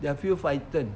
they'll feel frightened